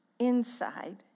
Inside